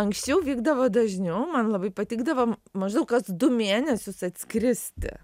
anksčiau vykdavo dažniau man labai patikdavo maždaug kas du mėnesius atskristi